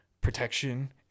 protection